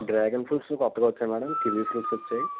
dragon fruits కొత్తగా వచ్చాయి madam kiwi fruits వచ్చాయి